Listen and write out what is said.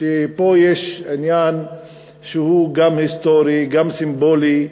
שפה יש עניין שהוא גם היסטורי, גם סימבולי,